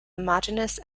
homogeneous